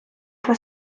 про